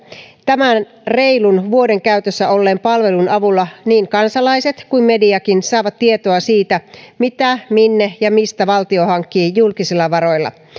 tämän reilun vuoden käytössä olleen palvelun avulla niin kansalaiset kuin mediakin saavat tietoa siitä mitä minne ja mistä valtio hankkii julkisilla varoilla